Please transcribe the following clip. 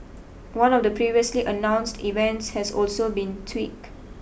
one of the previously announced events has also been tweak